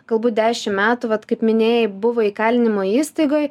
galbūt dešim metų vat kaip minėjai buvo įkalinimo įstaigoj